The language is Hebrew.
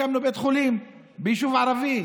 הקמנו בית חולים ביישוב ערבי.